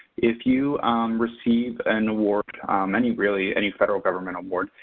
if you receive an award um any really any federal government award,